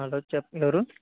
hello చెప్ప ఎవరు